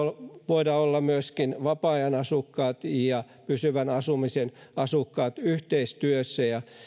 voida olla myöskin vapaa ajan asukkaat ja pysyvän asumisen asukkaat yhteistyössä ja